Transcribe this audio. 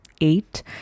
eight